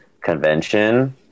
convention